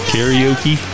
Karaoke